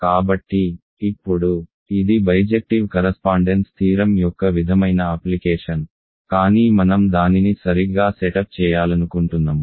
కాబట్టి ఇప్పుడు ఇది బైజెక్టివ్ కరస్పాండెన్స్ థీరం యొక్క విధమైన అప్లికేషన్ కానీ మనం దానిని సరిగ్గా సెటప్ చేయాలనుకుంటున్నము